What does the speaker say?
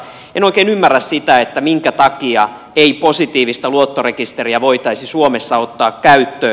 en oikein ymmärrä sitä minkä takia ei positiivista luottorekisteriä voitaisi suomessa ottaa käyttöön